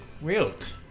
Wilt